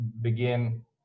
begin